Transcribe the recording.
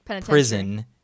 prison